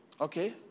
okay